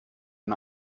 ein